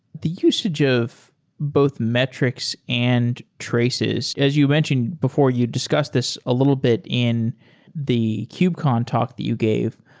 the usage of both metrics and traces as you mentioned before you discussed this a little bit in the kubecon talk that you gave.